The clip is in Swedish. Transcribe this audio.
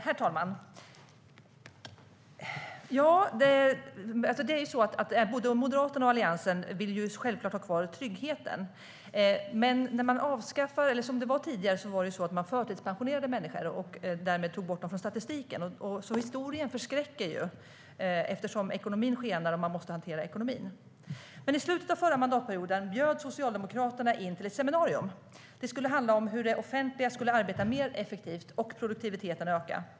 Herr talman! Både Moderaterna och Alliansen vill självklart ha kvar tryggheten. Men tidigare förtidspensionerade man människor och tog därmed bort dem från statistiken. Historien förskräcker alltså, eftersom ekonomin skenar och man måste hantera ekonomin. I slutet av förra mandatperioden bjöd Socialdemokraterna in till ett seminarium om hur det offentliga skulle arbeta mer effektivt och hur produktiviteten skulle öka.